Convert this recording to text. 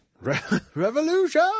Revolution